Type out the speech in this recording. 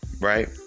right